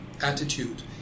attitude